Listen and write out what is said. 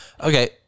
okay